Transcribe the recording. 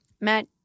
Matt